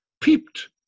peeped